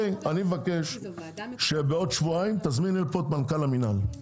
אני מבקש שבעוד שבועיים תזמיני לפה את מנכ"ל המינהל.